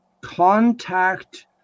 Contact